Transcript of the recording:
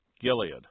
Gilead